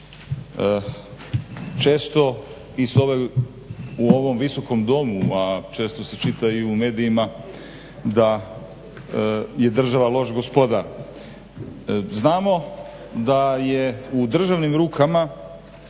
Često i s ove, u ovom Visokom domu a često se čita i u medijima, da je država loš gospodar. Znamo da je u državnim rukama,